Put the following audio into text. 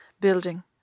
building